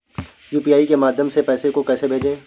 UPI के माध्यम से पैसे को कैसे भेजें?